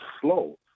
slow